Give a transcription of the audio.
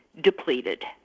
depleted